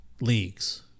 leagues